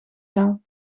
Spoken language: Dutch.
jou